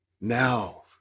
now